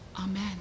amen